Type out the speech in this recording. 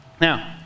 Now